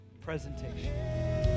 Presentation